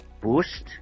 Boost